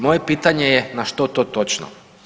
Moje pitanje je na što to točno?